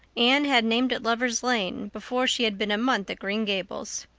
anne had named it lover's lane before she had been a month at green gables.